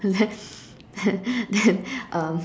and then and then um